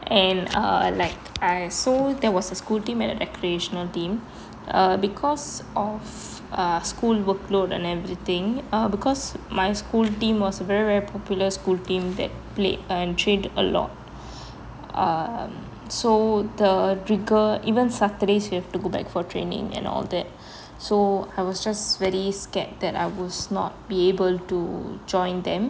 and err like I so there was a school team and recreational team err because of err school workload and everything err because my school team was very very popular school team that played and trained a lot um so the trigger even saturdays you have to go back for training and all that so I was just very scared that I was not be able to join them